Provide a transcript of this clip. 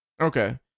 okay